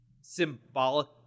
symbolic